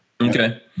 Okay